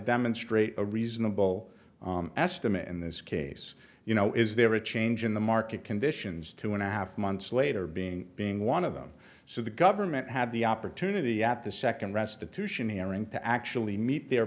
demonstrate a reasonable estimate in this case you know is there a change in the market conditions two and a half months later being being one of them so the government had the opportunity at the second restitution hearing to actually meet their